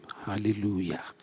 Hallelujah